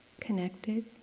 connected